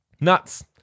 Nuts